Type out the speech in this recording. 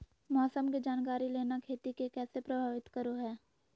मौसम के जानकारी लेना खेती के कैसे प्रभावित करो है?